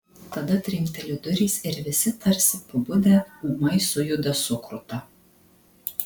tada trinkteli durys ir visi tarsi pabudę ūmai sujuda sukruta